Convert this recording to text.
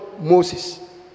Moses